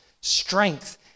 strength